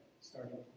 starting